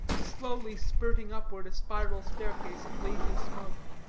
slowly spirting upward a spiral staircase of lazy smoke,